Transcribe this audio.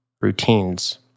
routines